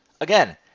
Again